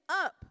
up